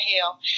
hell